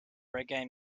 reggae